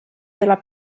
della